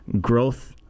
growth